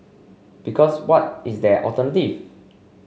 because what is their alternative